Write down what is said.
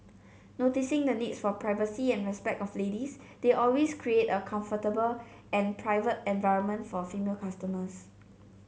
noticing the needs for privacy and respect of ladies they always create a comfortable and private environment for female customers